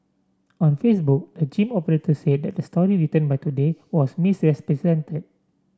on Facebook the gym operator said that the story written by Today was missis presented